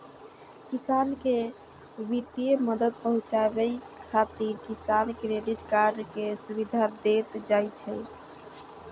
किसान कें वित्तीय मदद पहुंचाबै खातिर किसान क्रेडिट कार्ड के सुविधा देल जाइ छै